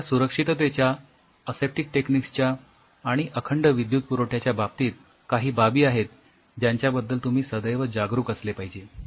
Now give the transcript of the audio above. तर या सुरक्षिततेच्या असेप्टिक टेक्निक्स च्या आणि अखंड विद्युत पुरवठ्याच्या बाबतीत काही बाबी आहेत ज्यांच्याबद्दल तुम्ही सदैव जागरूक असले पाहिजे